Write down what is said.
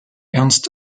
ernst